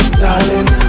darling